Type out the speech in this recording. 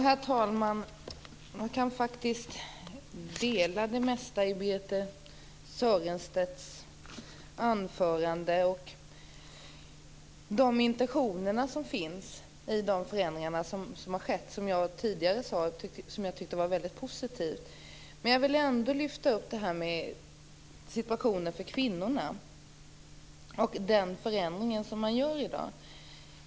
Herr talman! Jag kan hålla med om det mesta i Birthe Sörestedts anförande och intentionerna med de förändringar som har skett. Jag sade ju tidigare att jag tyckte att det var väldigt positivt. Jag vill ändå lyfta upp frågan om situationen för kvinnorna och den förändring som görs i dag.